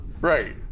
right